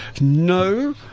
No